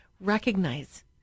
recognize